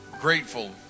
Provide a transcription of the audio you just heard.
grateful